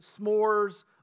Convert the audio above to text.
s'mores